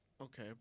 okay